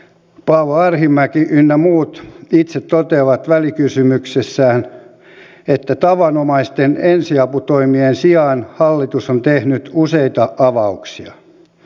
paavo arhinmäki ynnä muut itse toteavat välikysymyksessään että tavanomaisten ensiaputoimien sijaan hallitus on tehnyt useita avauksia